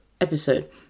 episode